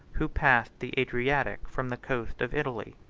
who passed the adriatic from the coast of italy.